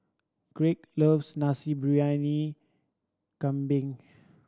Greg loves Nasi Briyani Kambing